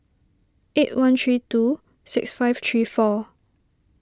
eight one three two six five three four